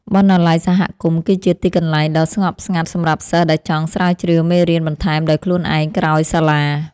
បណ្ណាល័យសហគមន៍គឺជាទីកន្លែងដ៏ស្ងប់ស្ងាត់សម្រាប់សិស្សដែលចង់ស្រាវជ្រាវមេរៀនបន្ថែមដោយខ្លួនឯងក្រោយសាលា។